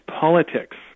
politics